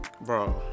bro